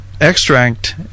extract